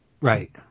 right